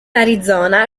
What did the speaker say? arizona